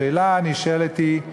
השאלה הנשאלת היא: